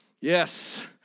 Yes